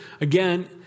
again